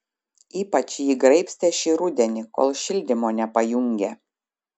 ypač jį graibstė šį rudenį kol šildymo nepajungė